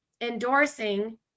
endorsing